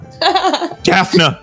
Daphne